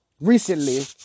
recently